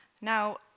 Now